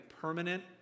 permanent